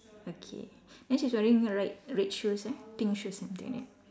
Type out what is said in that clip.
okay then she's wearing right red shoes eh pink shoes something like that